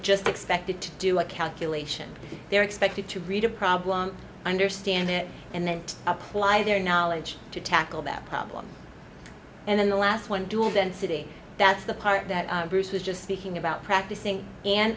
just expected to do a calculation they're expected to read a problem understand it and then apply their knowledge to tackle that problem and then the last one dual density that's the part that bruce was just speaking about practicing and